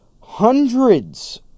hundreds